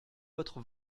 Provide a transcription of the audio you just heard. votre